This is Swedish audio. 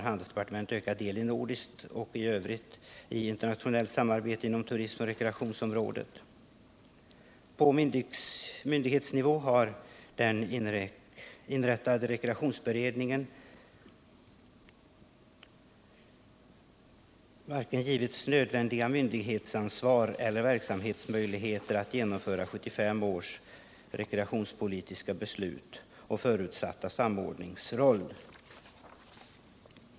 Handelsdepartementet tar vidare ökad del i nordiskt och internationellt samarbete inom turistoch rekreationsområdet. På myndighetsnivå har den tillsatta rekreationsberedningen varken givits nödvändigt ansvar eller möjligheter att genomföra 1975 års rekreationspolitiska beslut och spela den förutsatta samordningsrollen.